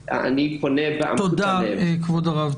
תודה כבוד הרב.